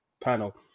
panel